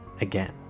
again